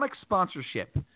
sponsorship